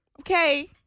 Okay